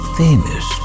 famous